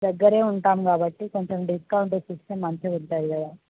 దగ్గర ఉంటాం కాబట్టి కొంచెం డిస్కౌంట్ ఇస్తే మంచిగా ఉంటుంది కదా